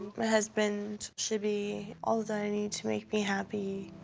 my husband should be all that i need to make me happy.